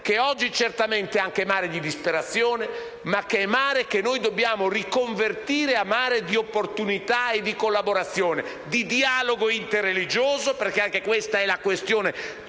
che oggi, certamente, è anche mare di disperazione ma che noi dobbiamo riconvertire a mare di opportunità e collaborazione, di dialogo interreligioso, perché anche questa è questione